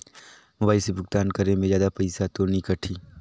Mobile से भुगतान करे मे जादा पईसा तो नि कटही?